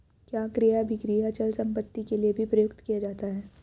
क्या क्रय अभिक्रय अचल संपत्ति के लिये भी प्रयुक्त किया जाता है?